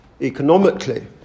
economically